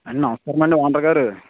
అండి నమస్కారమండి ఓనర్ గారు